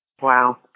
Wow